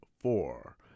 Four